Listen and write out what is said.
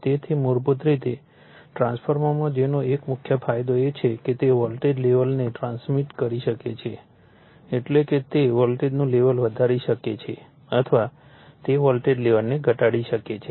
તેથી મૂળભૂત રીતે ટ્રાન્સફોર્મરમાં જેનો એક મુખ્ય ફાયદો એ છે કે તે વોલ્ટેજ લેવલને ટ્રાન્સમિટ કરી શકે છે એટલે કે તે વોલ્ટેજનું લેવલ વધારી શકે છે અથવા તે વોલ્ટેજ લેવલને ઘટાડી શકે છે